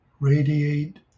radiate